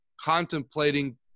contemplating